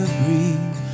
breathe